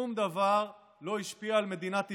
שום דבר לא השפיע על מדינת ישראל,